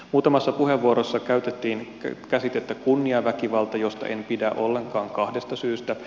muutamassa puheenvuorossa käytettiin käsitettä kunniaväkivalta josta en pidä ollenkaan kahdesta syystä